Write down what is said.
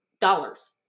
dollars